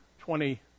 twenty